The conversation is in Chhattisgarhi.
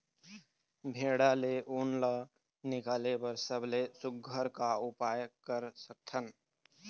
भेड़ा ले उन ला निकाले बर सबले सुघ्घर का उपाय कर सकथन?